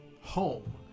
home